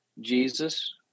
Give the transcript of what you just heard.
Jesus